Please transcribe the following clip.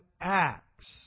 Acts